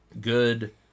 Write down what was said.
good